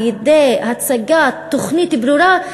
על-ידי הצגת תוכנית ברורה,